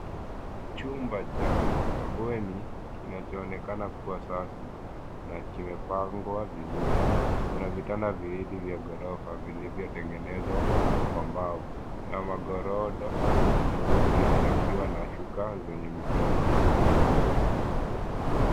Chumba cha mabweni kinachoonekana kuwa safi na kimepangwa vizuri, kuna vitanda viwili vya gorofa vilivyotengenezwa kwa mbao na magodoro meupe ikiwa na shuka zenye michoro.